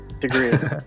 degree